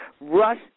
rush